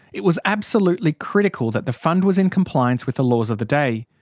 it was absolutely critical that the fund was in compliance with the laws of the day.